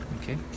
Okay